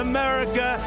America